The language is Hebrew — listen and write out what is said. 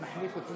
הבעת